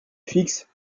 fixe